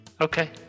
Okay